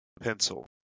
pencil